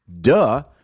Duh